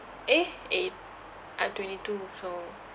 eh eh I'm twenty two so